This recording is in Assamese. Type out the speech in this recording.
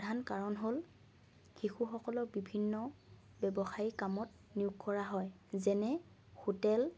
প্ৰধান কাৰণ হ'ল শিশুসকলক বিভিন্ন ব্যৱসায়ীক কামত নিয়োগ কৰা হয় যেনে হোটেল